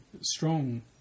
strong